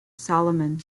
salomon